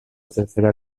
tercera